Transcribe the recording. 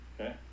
Okay